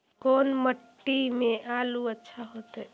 कोन मट्टी में आलु अच्छा होतै?